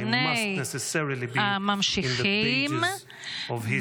must necessarily be in the pages of history".